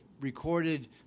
recorded